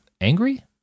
angry